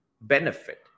benefit